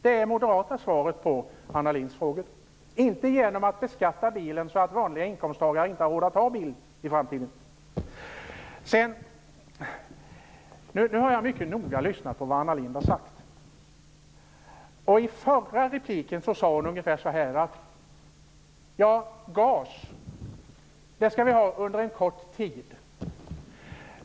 Jag är övertygad om att vi inom loppet av några tiotal år har den totalt miljövänliga bilen. Det är det moderata svaret på Anna Lindhs frågor. Jag har mycket noga lyssnat på det Anna Lindh har sagt. I sitt förra anförande sade hon ungefär så här: Gas skall vi ha under en kort tid.